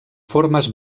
formes